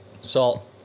salt